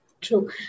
True